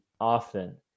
often